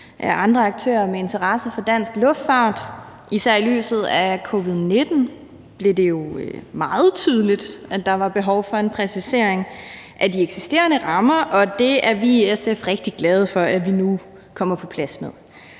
andre aktører med interesse for dansk luftfart. Især i lyset af covid-19 blev det jo meget tydeligt, at der var behov for en præcisering af de eksisterende rammer, og det er vi i SF rigtig glade for at vi nu kommer på plads med.